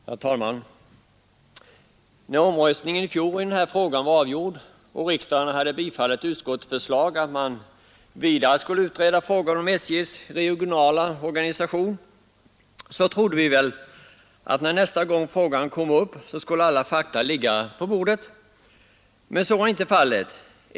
Herr talman! När omröstningen i fjol i den här frågan var avgjord och riksdagen hade bifallit utskottets hemställan att man vidare skulle utreda frågan om SJ:s regionala organisation trodde vi väl att alla fakta skulle ligga på bordet nästa gång frågan kom upp. Men så var inte fallet.